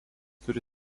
turi